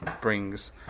brings